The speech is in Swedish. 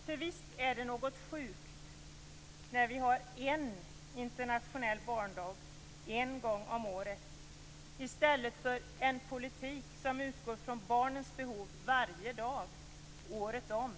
För visst är det något sjukt när vi har en internationell barndag en gång om året i stället för en politik som utgår från barnens behov varje dag året om.